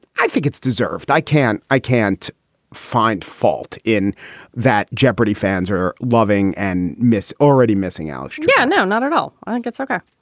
i think it's deserved. i can't i can't find fault in that jeopardy. fans are loving and miss already missing out. yeah. no, not at all. all. i think it's ok.